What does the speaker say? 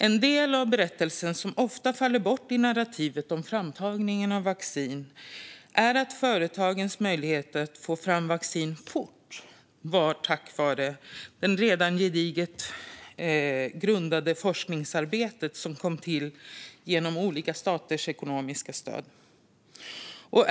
En del av berättelsen som ofta faller bort i narrativet om framtagningen av vaccin är att företagen kunde få fram vaccin så fort tack vare ett redan gediget grundforskningsarbete som kommit till stånd genom olika staters ekonomiska stöd.